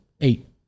Eight